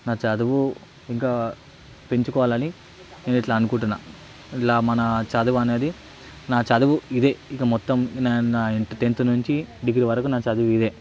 నా చదువు ఇంకా పెంచుకోవాలని నేనిట్లా అనుకుంటున్నా ఇలా మన చదువనేది నా చదువు యిదే ఇక మొత్తం నా నా టెంత్ నుంచి డిగ్రీ వరకు నా చదువిదే